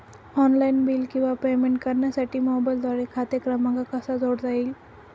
Online bill किंवा payment करण्यासाठी मोबाईलद्वारे खाते क्रमांक कसा जोडता येईल?